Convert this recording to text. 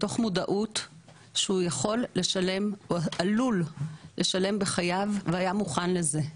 מתוך מודעות שהוא יכול לשלם או עלול לשלם בחייו והיה מוכן לזה.